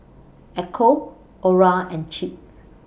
Echo Orra and Chip